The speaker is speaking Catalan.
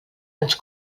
ens